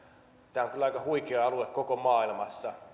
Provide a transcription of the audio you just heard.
on kyllä aika huikea alue koko maailmassa